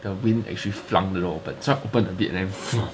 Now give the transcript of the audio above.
the wind actually flung the door open so I open a bit then like !wah!